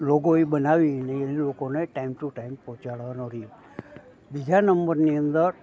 logo એ બનાવીને એ લોકોને ટાઈમ ટુ ટાઈમ પહોંચાડવાનો રહે બીજા નંબરની અંદર